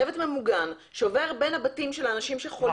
צוות ממוגן שעובר בין בתי האנשים החולים.